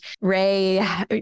Ray